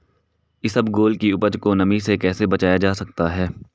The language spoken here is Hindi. इसबगोल की उपज को नमी से कैसे बचाया जा सकता है?